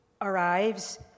arrives